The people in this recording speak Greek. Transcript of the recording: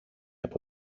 από